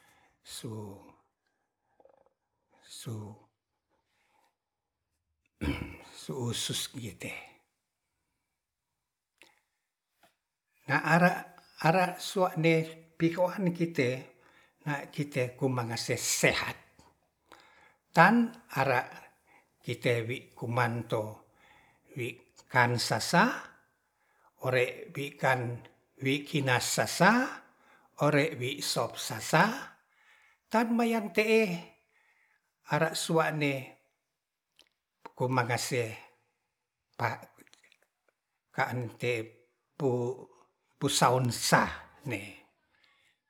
na ara, ara sua'ne pihoan kite na kite komasas messehat tan ara kite wi komanto wi kansasa ore ei kan wi kinasasa ore wi sop sasa tan mayen te'e are sua'ne komangase kan te pu-puisaon sah ne